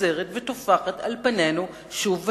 שחוזרת וטופחת על פנינו שוב ושוב.